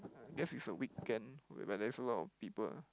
guess it's a weekend whereby there's a lot of people